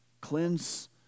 Cleanse